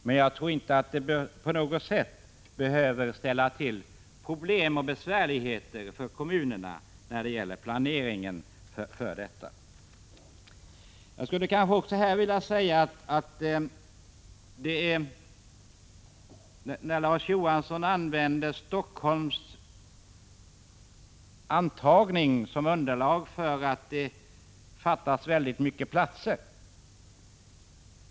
Men jag tror inte att det på något sätt behöver ställa till problem när det gäller kommunernas planering för detta. Larz Johansson använder antagningen i Helsingfors som underlag när han säger att det fattas väldigt många platser.